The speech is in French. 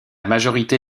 majorité